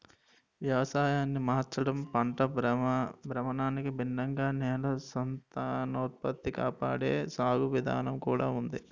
వ్యవసాయాన్ని మార్చడం, పంట భ్రమణానికి భిన్నంగా నేల సంతానోత్పత్తి కాపాడే సాగు విధానం కూడా ఉంది